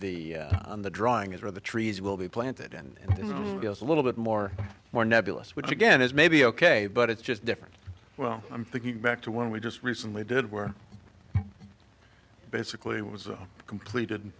the on the drawing is where the trees will be planted and then i guess a little bit more more nebulous which again is maybe ok but it's just different well i'm thinking back to when we just recently did where basically it was completed